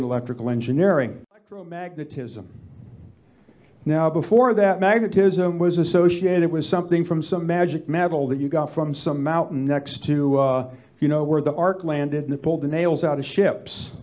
in electrical engineering through magnetism now before that magnetism was associated with something from some magic metal that you got from some mountain next to you know where the ark landed in the pole the nails out of ships